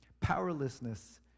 powerlessness